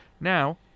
Now